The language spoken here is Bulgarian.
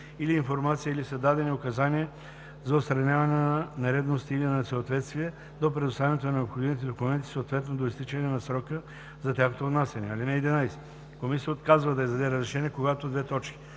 или информация или са дадени указания за отстраняване на нередности или на несъответствия, до представянето на необходимите документи, съответно до изтичане на срока за тяхното внасяне. (11) Комисията отказва да издаде разрешение, когато: 1.